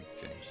James